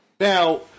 Now